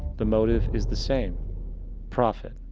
the motive is the same profit.